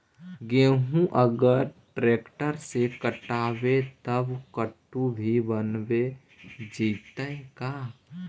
गेहूं अगर ट्रैक्टर से कटबइबै तब कटु भी बनाबे जितै का?